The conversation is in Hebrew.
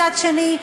מצד שני,